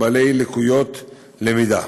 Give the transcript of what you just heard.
בעלי לקויות למידה.